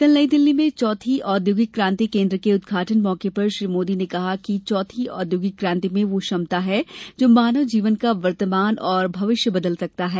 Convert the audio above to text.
कल नई दिल्ली में चौथी औद्योगिक कांति केंद्र के उद्घाटन मौके पर श्री मोदी ने कहा कि चौथी औद्योगिक कांति में वह क्षमता है जो मानव जीवन का वर्तमान और भविष्य बदल सकता है